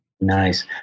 nice